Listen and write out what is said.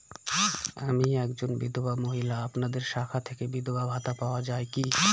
আমি একজন বিধবা মহিলা আপনাদের শাখা থেকে বিধবা ভাতা পাওয়া যায় কি?